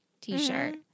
t-shirt